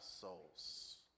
souls